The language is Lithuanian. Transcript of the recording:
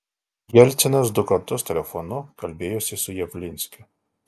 jelcinas du kartus telefonu kalbėjosi su javlinskiu